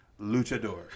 Luchador